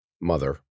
Mother